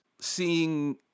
seeing